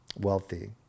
wealthy